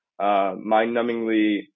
mind-numbingly